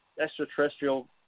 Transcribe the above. extraterrestrial